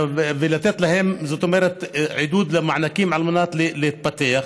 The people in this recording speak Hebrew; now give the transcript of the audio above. ולתת להם עידוד ומענקים על מנת להתפתח.